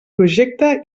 projecte